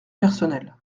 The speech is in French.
personnel